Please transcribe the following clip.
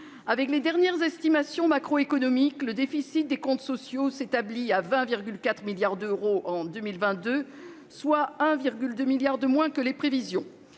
Avec les dernières estimations macroéconomiques, le déficit des comptes sociaux s'établit à 20,4 milliards d'euros en 2022, soit 1,2 milliard de moins que les prévisions.